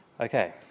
Okay